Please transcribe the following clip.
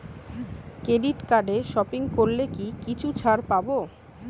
Credit কার্ডে shopping করলে কি কিছু ছাড় পাব?